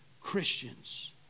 Christians